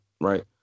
right